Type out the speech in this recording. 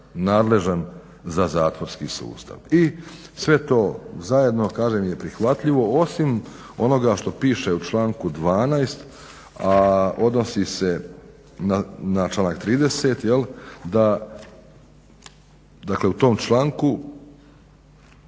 nadležan za zatvorski sustav i sve to zajedno kažem je prihvatljivo osim onoga što piše u članku 12 a odnosi se na članak 30 da dakle u tom članku